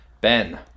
Ben